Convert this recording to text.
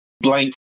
blank